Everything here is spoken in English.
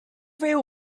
real